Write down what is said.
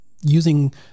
using